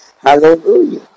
hallelujah